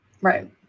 Right